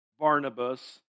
Barnabas